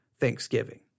thanksgiving